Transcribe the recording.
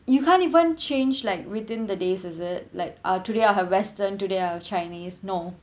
you can't even change like within the days is it like uh today I have western today I have chinese no